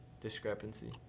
discrepancy